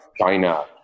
China